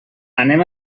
anem